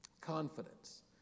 Confidence